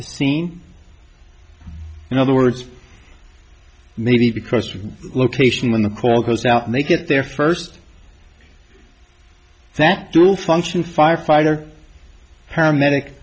the scene in other words maybe because of the location when the call goes out and they get there first that dual function firefighter paramedic